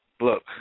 Look